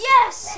Yes